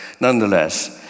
nonetheless